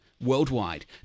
worldwide